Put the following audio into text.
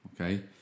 okay